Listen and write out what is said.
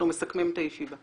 אנחנו מסכמים את הישיבה.